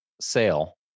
sale